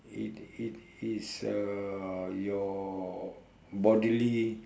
it it is uh your bodily